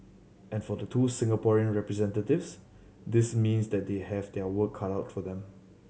and for the two Singaporean representatives this means that they have their work cut out for them